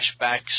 flashbacks